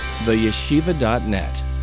TheYeshiva.net